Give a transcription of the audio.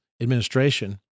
administration